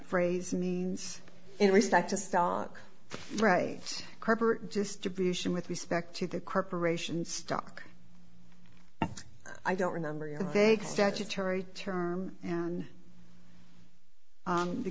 phrase means in respect to stock right corporate distribution with respect to the corporation stock i don't remember your vague statutory term and